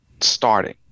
starting